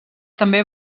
també